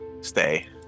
stay